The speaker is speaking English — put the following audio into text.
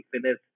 finish